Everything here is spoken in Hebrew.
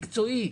מקצועי,